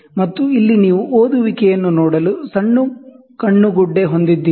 ಮತ್ತು ಇಲ್ಲಿ ನೀವು ಓದುವಿಕೆಯನ್ನು ನೋಡಲು ಸಣ್ಣ ಐ ಪೀಸ್ ಹೊಂದಿದ್ದೀರಿ